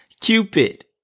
Cupid